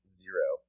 zero